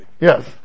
yes